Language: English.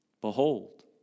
behold